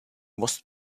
most